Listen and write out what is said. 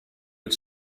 het